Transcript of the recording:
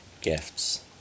gifts